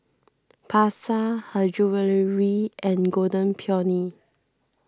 Pasar Her Jewellery and Golden Peony